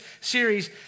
series